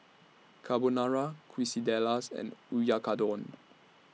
Carbonara Quesadillas and Oyakodon